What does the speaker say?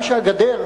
מה שהגדר,